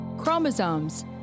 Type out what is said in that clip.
Chromosomes